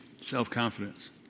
Self-confidence